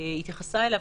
התייחסה אליו.